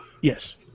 Yes